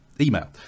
email